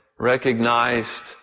recognized